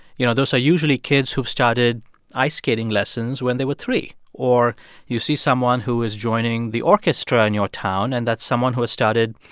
you know, those are usually kids who've started ice skating lessons when they were three. or you see someone who was joining the orchestra in your town, and that's someone who has started,